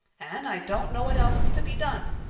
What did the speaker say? anne, i don't know what else is to be done.